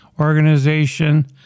Organization